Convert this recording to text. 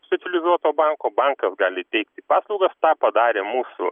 specializuoto banko bankas gali teikti paslaugas tą padarė mūsų